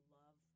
love